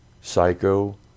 psycho